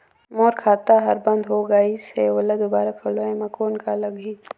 मोर खाता हर बंद हो गाईस है ओला दुबारा खोलवाय म कौन का लगही?